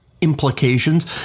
implications